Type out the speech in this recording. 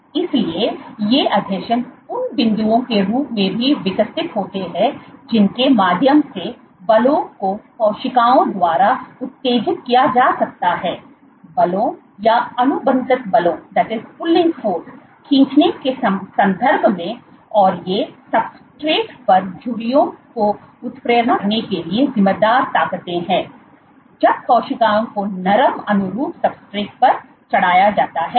इसलिए ये आसंजन उन बिंदुओं के रूप में भी विकसित होते हैं जिनके माध्यम से बलों को कोशिकाओं द्वारा उत्तेजित किया जा सकता है बलों या अनुबंधक बलों खींचने के संदर्भ में और ये सब्सट्रेट पर झुर्रियों को उत्प्रेरण करने के लिए जिम्मेदार ताकतें हैं जब कोशिकाओं को नरम अनुरूप सब्सट्रेट पर चढ़ाया जाता है